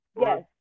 Yes